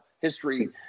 History